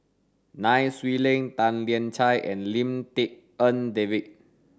Nai Swee Leng Tan Lian Chye and Lim Tik En David